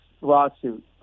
lawsuit